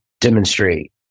demonstrate